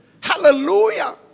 Hallelujah